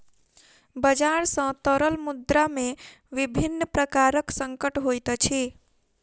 बजार सॅ तरल मुद्रा में विभिन्न प्रकारक संकट होइत अछि